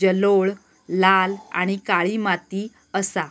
जलोळ, लाल आणि काळी माती असा